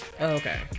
Okay